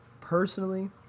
Personally